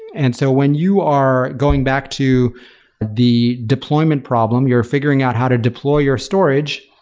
and so when you are going back to the deployment problem. you're figuring out how to deploy your storage.